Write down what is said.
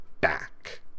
back